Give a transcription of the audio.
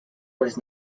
was